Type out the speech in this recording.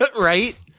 Right